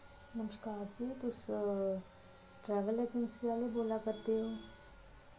नमस्कार जी तुस ट्रेवल एजेंसी आह्ले बोला करदे ओ